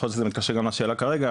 בכל זאת זה מתקשר גם לשאלה כרגע,